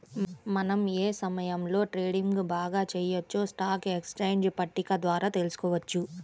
మనం ఏ సమయంలో ట్రేడింగ్ బాగా చెయ్యొచ్చో స్టాక్ ఎక్స్చేంజ్ పట్టిక ద్వారా తెలుసుకోవచ్చు